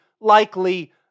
Likely